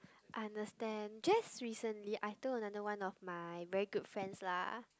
understand just recently I told another one of my very good friends lah